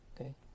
okay